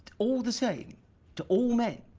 all the same to all men.